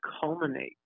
culminate